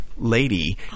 Lady